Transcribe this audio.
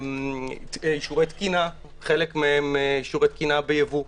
אישורי תקינה חלקם אישורי תקינה וייבוא.